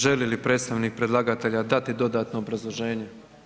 Želi li predstavnik predlagatelja dati dodatno obrazloženje?